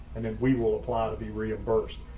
and then we will apply to be reimbursed.